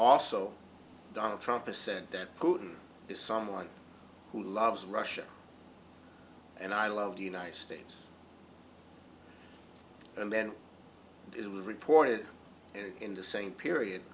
also donald trump a said that putin is someone who loves russia and i love the united states and then it was reported in the same period